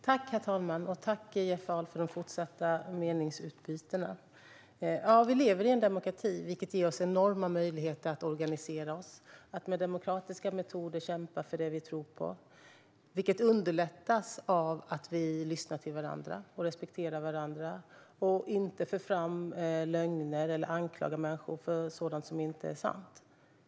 Herr talman! Tack, Jeff Ahl, för de fortsatta meningsutbytena! Vi lever i en demokrati, vilket ger oss enorma möjligheter att organisera oss och att med demokratiska metoder kämpa för det vi tror på. Detta underlättas av att vi lyssnar till varandra och respekterar varandra och inte för fram lögner eller anklagar människor för sådant som inte är sant.